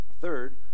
Third